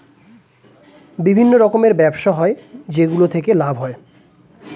বিভিন্ন রকমের ব্যবসা হয় যেগুলো থেকে লাভ হয়